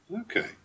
Okay